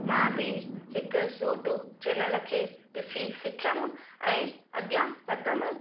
मां बि हिकु यूटूब चेनल खे ॾिसी सिखियमि ऐं अॻियां वधियमि